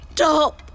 Stop